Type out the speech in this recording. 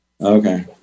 okay